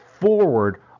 forward